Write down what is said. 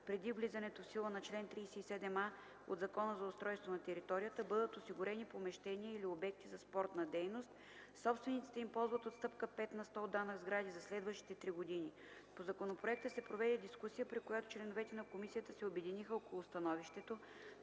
преди влизането в сила на чл. 37а от Закона за устройство на територията, бъдат осигурени помещения или обекти за спортна дейност, собствениците им ползват отстъпка 5 на сто от данък сгради за следващите 3 години. По законопроекта се проведе дискусия, при която членовете на комисията се обединиха около становището,